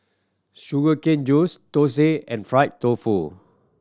sugar cane juice thosai and fried tofu